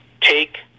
Take